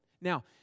Now